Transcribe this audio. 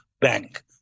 bank